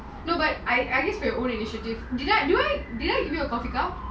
no but I I guess our own initiative did I do I did I give you a coffee cup